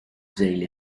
zealand